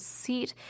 seat